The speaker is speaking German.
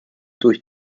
durch